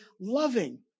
loving